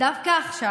דווקא עכשיו,